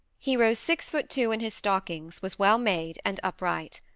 he rose six foot two in his stockings, was well made, and upright.